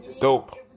Dope